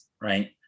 right